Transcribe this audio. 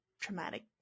traumatic